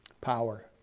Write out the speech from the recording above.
power